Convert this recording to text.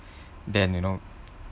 then you know